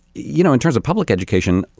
you know in terms of public education.